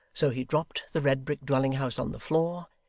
so he dropped the red-brick dwelling-house on the floor,